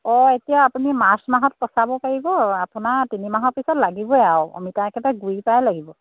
অঁ এতিয়া আপুনি মাৰ্চ মাহত পচাব পাৰিব আপোনাৰ তিনিমাহৰ পিছত লাগিবই আৰু অমিতা একেবাৰে গুৰি পৰাই লাগিব